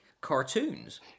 cartoons